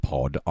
Pod